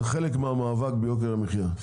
זה חלק מהמאבק ביוקר המחיה.